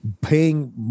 paying